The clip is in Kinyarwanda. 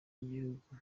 y’igihugu